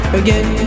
again